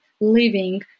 living